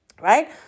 right